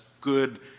good